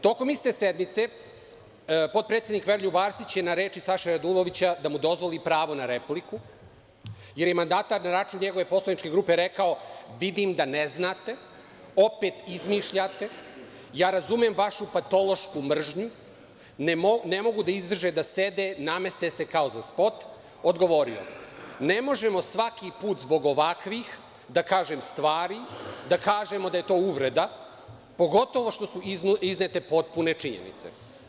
Tokom iste sednice, potpredsednik Veroljub Arsić je na reči Saše Radulovića da mu dozvoli pravo na repliku, jer je mandatar na račun njegove poslaničke grupe rekao – vidim da ne znate, opet izmišljate, ja razumem vašu patološku mržnju, ne mogu da izdrže da sede, nameste se kao za spot, odgovorio – ne možemo svaki put zbog ovakvih, da kažem, stvari, da kažemo da je to uvreda, pogotovo što su iznete potpune činjenice.